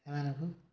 ସେମାନଙ୍କୁ